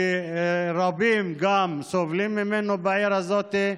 שרבים סובלים ממנו בעיר הזאת,